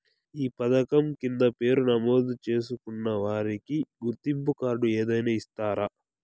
ఈ పథకం కింద పేరు నమోదు చేసుకున్న వారికి గుర్తింపు కార్డు ఏదైనా ఇస్తారా?